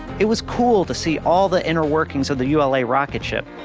it was cool to see all the inner workings of the ula rocketship.